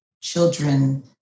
children